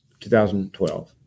2012